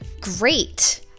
great